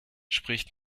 spricht